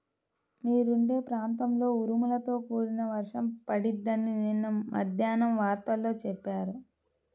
మీరుండే ప్రాంతంలో ఉరుములతో కూడిన వర్షం పడిద్దని నిన్న మద్దేన్నం వార్తల్లో చెప్పారు